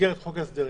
במסגרת חוק ההסדרים,